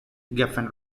geffen